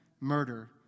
murder